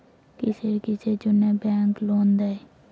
কিসের কিসের জন্যে ব্যাংক লোন দেয়?